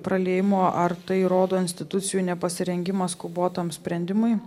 praliejimų ar tai rodo institucijų nepasirengimą skubotam sprendimui